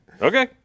Okay